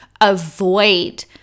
avoid